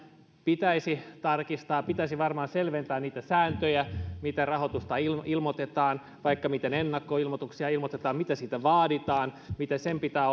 pitäisi tarkistaa pitäisi varmaan selventää niitä sääntöjä miten rahoituksesta ilmoitetaan taikka miten ennakkoilmoitus ilmoitetaan mitä siltä vaaditaan miten sen pitää